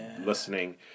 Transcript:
listening